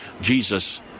Jesus